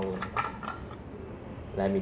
it's like tech~ is like basically like